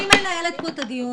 אני מנהלת פה את הדיון.